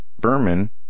Berman